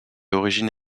origine